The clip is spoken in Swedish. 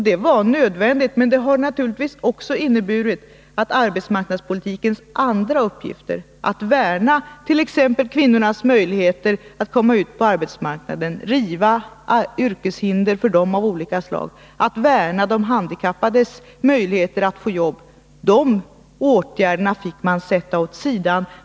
Det var nödvändigt, men det innebar naturligtvis att arbetsmarknadspolitikens andra uppgifter — t.ex. uppgifterna att värna om kvinnornas möjligheter att komma ut på arbetsmarknaden genom att riva yrkeshinder för dem av olika slag och att värna om de handikappades möjligheter att få jobb — fick sättas åt sidan.